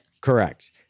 Correct